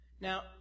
Now